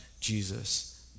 Jesus